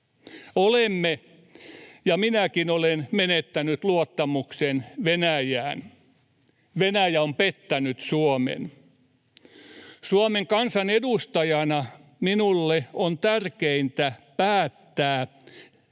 Olemme ja minäkin olen menettänyt luottamuksen Venäjään. Venäjä on pettänyt Suomen. Suomen kansan edustajana minulle on tärkeintä päättää